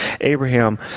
Abraham